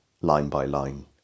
line-by-line